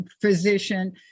physician